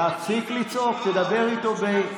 הצעת חוק כבילת עצורים ואסירים שלא כדין,